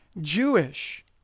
Jewish